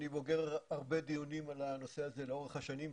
אני בוגר הרבה דיונים על הנושא הזה לאורך השנים.